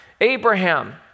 Abraham